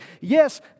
yes